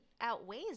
outweighs